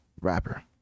rapper